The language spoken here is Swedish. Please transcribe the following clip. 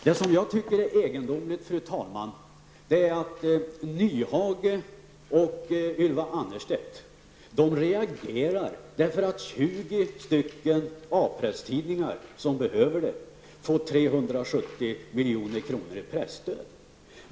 Det som jag tycker är egendomligt, fru talman, är att Hans Nyhage och Ylva Annerstedt reagerar därför att 20 stycken A-presstidningar som behöver det får 370 milj.kr. i presstöd.